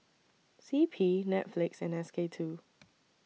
C P Netflix and S K two